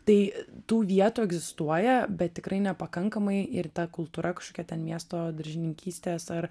tai tų vietų egzistuoja bet tikrai nepakankamai ir ta kultūra kažkokia ten miesto daržininkystės ar